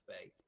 faith